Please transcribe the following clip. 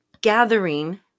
gathering